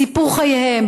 סיפור חייהם,